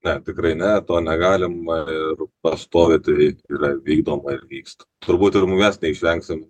ne tikrai ne to negalima ir pastoviai turi yra vykdoma ir vyksta turbūt ir mes neišvengsim